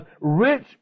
Rich